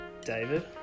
David